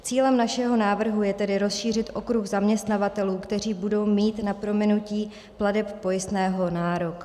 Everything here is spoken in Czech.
Cílem našeho návrhu je tedy rozšířit okruh zaměstnavatelů, kteří budou mít na prominutí plateb pojistného nárok.